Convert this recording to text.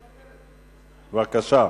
בבקשה.